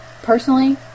personally